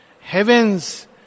Heavens